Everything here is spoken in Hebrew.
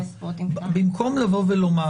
במקום לבוא ולומר: